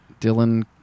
Dylan